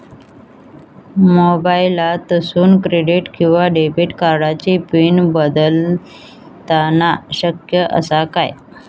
मोबाईलातसून क्रेडिट किवा डेबिट कार्डची पिन बदलना शक्य आसा काय?